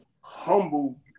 humble